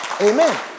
Amen